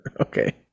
Okay